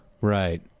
Right